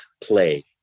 play